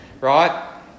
right